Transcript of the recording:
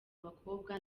bakobwa